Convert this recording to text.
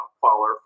follower